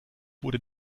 wurde